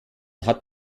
hat